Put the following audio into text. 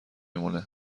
مونه